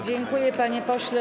Dziękuję, panie pośle.